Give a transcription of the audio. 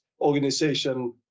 organization